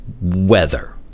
weather